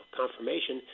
confirmation